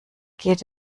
geht